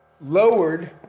lowered